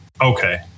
okay